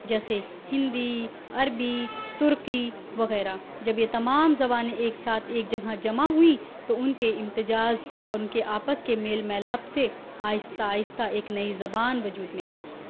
جیسے ہندی عربی ترکی وغیرہ جب یہ تمام زبانیں ایک ساتھ ایک جگہ جمع ہوئیں تو ان کے امتزاج اور ان کے آپس کے میل میلاپ سے آہستہ آہستہ ایک نئی زبان وجود میں آئی